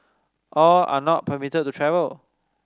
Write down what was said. all are not permitted to travel